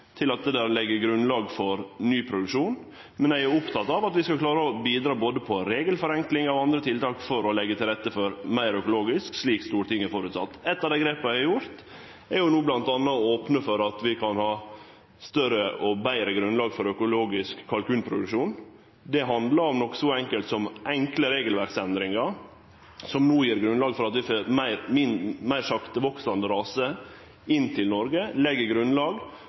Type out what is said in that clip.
til at det legg grunnlag for ny produksjon. Men eg er oppteken av at vi skal klare å bidra til både regelforenklingar og andre tiltak for å leggje til rette for meir økologisk, slik Stortinget har føresett. Eit av dei grepa eg har gjort, er bl.a. å opne for at vi kan ha større og betre grunnlag for økologisk kalkunproduksjon. Det handlar om noko så enkelt som enkle regelverksendringar som gjev grunnlag for at vi får meir sakteveksande rasar inn til Noreg, og legg grunnlag